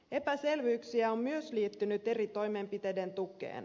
epäselvyyksiä on myös liittynyt eri toimenpiteiden tukeen